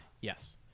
Yes